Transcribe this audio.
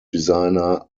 designer